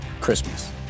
Christmas